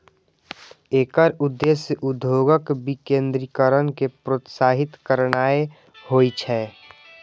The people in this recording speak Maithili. एकर उद्देश्य उद्योगक विकेंद्रीकरण कें प्रोत्साहित करनाय होइ छै